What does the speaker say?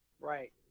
Right